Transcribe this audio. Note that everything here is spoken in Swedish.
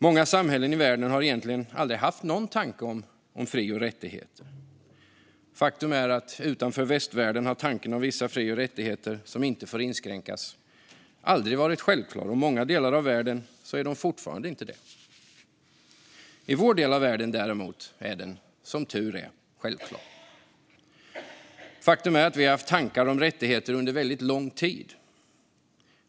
Många samhällen i världen har egentligen aldrig haft någon tanke om fri och rättigheter. Faktum är att utanför västvärlden har tanken om vissa fri och rättigheter som inte får inskränkas aldrig varit självklar. I många delar av världen är den fortfarande inte det. I vår del av världen däremot är den, som tur är, självklar. Faktum är att vi haft tankar om rättigheter under väldigt lång tid.